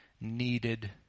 needed